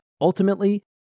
ultimately